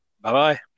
Bye-bye